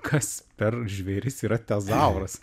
kas per žvėris yra tezauras